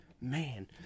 man